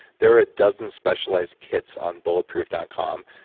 there are a dozen specialized kits on bulletproof dot com.